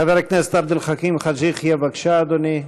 חבר הכנסת עבד אל חכים חאג' יחיא, בבקשה, אדוני.